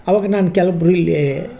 ಅವಾಗ ನಾನು ಕೆಲೊಬ್ರು ಇಲ್ಲಿ